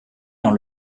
dans